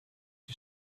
you